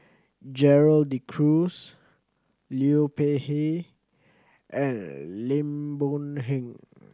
Gerald De Cruz Liu Peihe and Lim Boon Heng